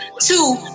two